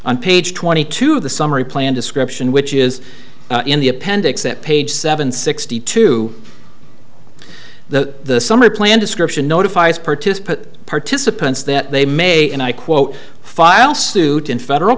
on page twenty two of the summary plan description which is in the appendix at page seven sixty two the summary plan description notifies participants participants that they may and i quote file suit in federal